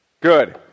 Good